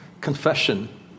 Confession